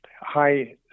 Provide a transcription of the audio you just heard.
high